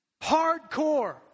hardcore